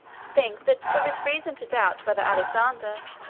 think that there is reason to doubt whether alexander,